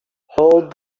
hold